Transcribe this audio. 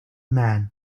man